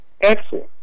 excellent